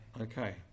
Okay